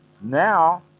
now